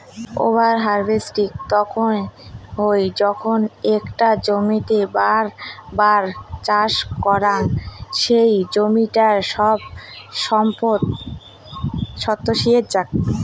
over harvesting তখন হই যখন একটা জমিতেই বার বার চাষ করাং সেই জমিটার সব সম্পদ শুষিয়ে যাক